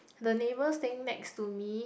the neighbour staying next to me